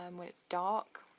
um when it's dark!